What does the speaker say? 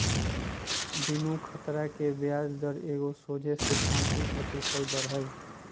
बिनु खतरा के ब्याज दर एगो सोझे सिद्धांतिक प्रतिफल दर हइ